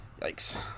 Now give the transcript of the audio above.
Yikes